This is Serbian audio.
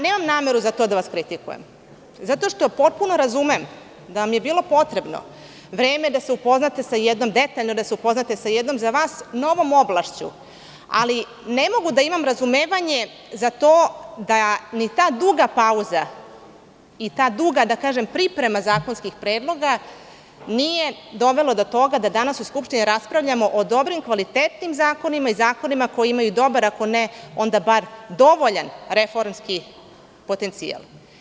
Nemam nameru da vas za to kritikujem zato što potpuno razumem da vam je bilo potrebno vreme da se upoznate detaljno sa jednom za vas novom oblašću, ali ne mogu da imam razumevanje za to da ni ta duga pauza i ta duga priprema zakonskih predloga nije dovela do toga da danas u Skupštini raspravljamo o dobrim, kvalitetnim zakonima i zakonima koji imaju dobar, ako ne onda dovoljan reformski potencijal.